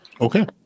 Okay